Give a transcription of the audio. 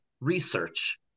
research